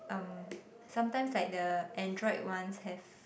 um sometimes like the android ones have